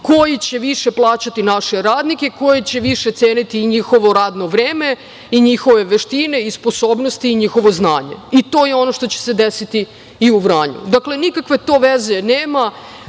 koji će više plaćati naše radnike, koji će više ceniti i njihovo radno vreme, njihove veštine i sposobnosti i njihovo znanje. To je ono što će se desiti i u Vranju. Dakle, nikakve to veze nema